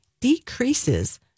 decreases